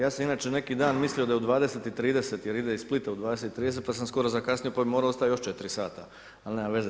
Ja sam inače neki dan mislio da je u 20,30 jer ide iz Splita u 20,30, pa sam skoro zakasnio, pa bih morao ostati još 4 sati, ali nema veze.